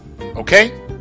okay